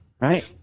Right